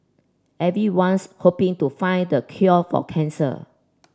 everyone's hoping to find the cure for cancer